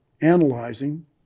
analyzing